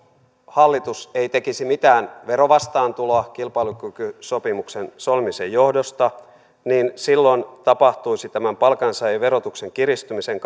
hallitus ei tekisi mitään verovastaantuloa kilpailukykysopimuksen solmimisen johdosta niin silloin tapahtuisi tämän palkansaajien verotuksen kiristymisen